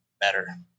better